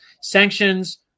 sanctions